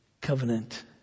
Covenant